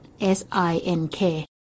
S-I-N-K